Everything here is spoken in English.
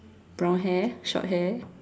brown hair short hair